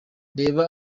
reba